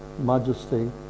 majesty